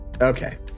Okay